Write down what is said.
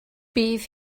bydd